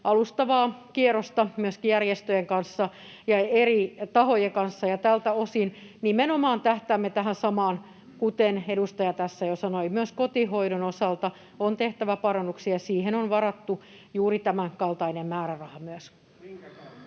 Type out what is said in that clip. alustavaa kierrosta myöskin järjestöjen kanssa ja eri tahojen kanssa, ja tältä osin tähtäämme nimenomaan tähän samaan, mistä edustaja tässä jo sanoi. Myös kotihoidon osalta on tehtävä parannuksia, ja siihen on varattu juuri tämänkaltainen määräraha myös.